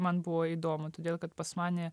man buvo įdomu todėl kad pas mane